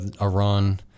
Iran